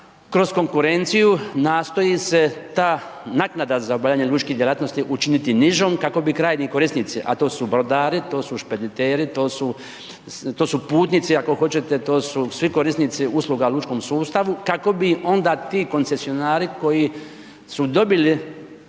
kroz konkurenciju nastoji se ta naknada za obavljanje lučkih djelatnosti učiniti nižom kako bi krajnji korisnici, a to su brodari, to su špediteri, to su putnici ako hoćete, to su svi korisnici usluga u lučkom sustavu, kako bi onda ti koncesionari koji su dobili